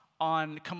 on